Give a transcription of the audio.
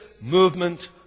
movement